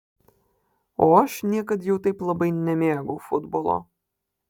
o aš niekad jau taip labai nemėgau futbolo